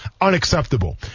unacceptable